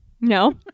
No